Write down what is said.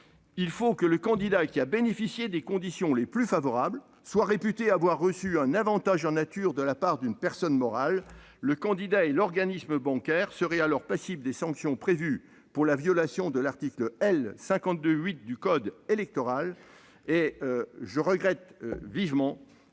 il faut que le candidat ayant bénéficié des conditions les plus favorables soit réputé avoir reçu un avantage en nature de la part d'une personne morale. Le candidat et l'organisme bancaire seraient alors passibles des sanctions prévues pour la violation de l'article L. 52-8 du code électoral. Je regrette vivement